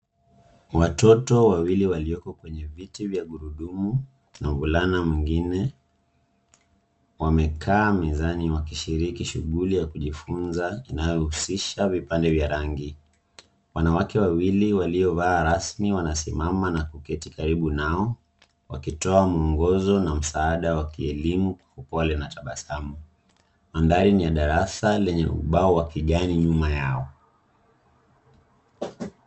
Watoto wawili walioko kwenye viti vya gurudumu na mvulana mwingine, wamekaa mezani wakishiriki shughuli ya kujifunza inayohusisha vipande vya rangi. Wanawake wawili waliovaa rasmi wanasimama na kuketi karibu nao, wakitoa mwongozo na msaada wa kielimu kwa upole na tabasamu. Mandhari ni ya darasa lenye ubao wa kijani nyuma yao.